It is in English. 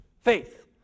faith